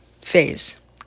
phase